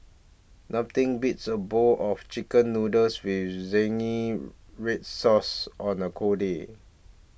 nothing beats a bowl of Chicken Noodles with Zingy Red Sauce on a cold day